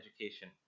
education